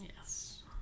Yes